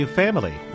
family